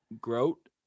Grote